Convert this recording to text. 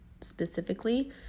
specifically